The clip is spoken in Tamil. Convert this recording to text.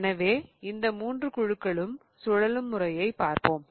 எனவே இந்த மூன்று குழுக்களும் சுழலும் முறையைப் பார்ப்போம்